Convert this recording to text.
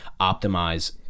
optimize